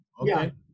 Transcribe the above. Okay